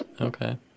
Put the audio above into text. Okay